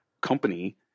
company